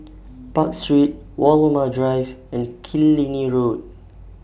Park Street Walmer Drive and Killiney Road